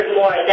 more